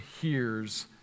hears